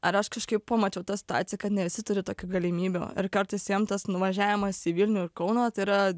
ar aš kažkaip pamačiau tą situaciją kad ne visi turi tokį galimybių ir kartais jiem tas nuvažiavimas į vilnių kauną tai yra